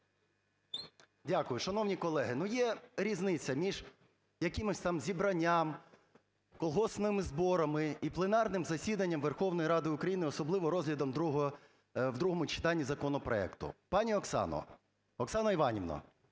Дякую. Шановні колеги, ну, є різниця між якимось там зібранням, колгоспними зборами і пленарним засіданням Верховної Ради України, особливо розглядом другого... в другому читанні законопроекту. Пані Оксано, Оксано Іванівно,